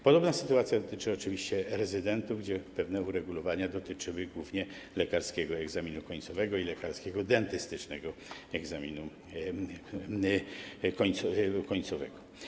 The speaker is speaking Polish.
Podobna sytuacja dotyczy oczywiście rezydentów, gdzie pewne uregulowania dotyczyły głównie lekarskiego egzaminu końcowego i lekarskiego dentystycznego egzaminu końcowego.